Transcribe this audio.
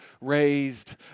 raised